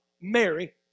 Mary